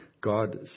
God